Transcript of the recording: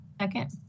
Second